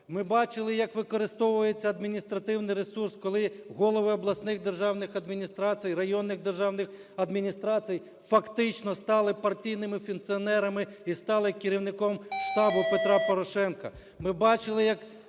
Ми бачили, як використовується адміністративний ресурс, коли голови обласних державних адміністрацій, районних державних адміністрацій фактично стали партійними функціонерами і стали керівником штабу Петра Порошенка.